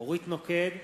אורית נוקד,